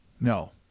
No